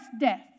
death